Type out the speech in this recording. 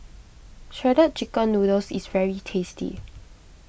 Shredded Chicken Noodles is very tasty